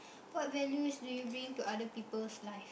what values do you bring to other people's life